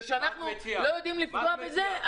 ושאנחנו לא יודעים לפגוע בזה,